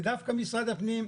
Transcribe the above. זה דווקא משרד הפנים,